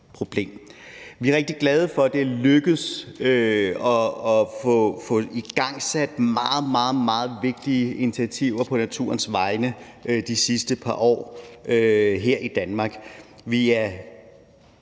Vi er rigtig glade for, at det er lykkedes at få igangsat meget, meget vigtige initiativer på naturens vegne de sidste par år her i Danmark.